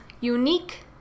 unique